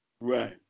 Right